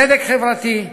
צדק חברתי,